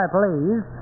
please